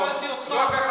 לא שאלתי אותך.